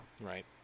Right